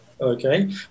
Okay